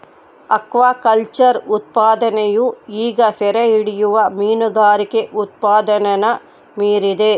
aquaculture ಉತ್ಪಾದನೆಯು ಈಗ ಸೆರೆಹಿಡಿಯುವ ಮೀನುಗಾರಿಕೆ ಉತ್ಪಾದನೆನ ಮೀರಿದೆ